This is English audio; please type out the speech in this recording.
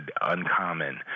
uncommon